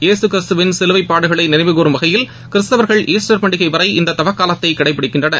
இயேசுகிறிஸ்துவின் சிலுவைப்பாடுகளை நினைவுகூறும் வகையில் கிறிஸ்தவர்கள் ஈஸ்டர் பண்டிகை வரை இந்த தவக்காலத்தை கடைபிடிக்கின்றனர்